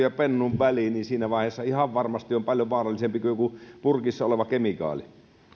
ja pennun väliin niin siinä vaiheessa se on ihan varmasti paljon vaarallisempi kuin joku purkissa oleva kemikaali